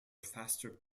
faster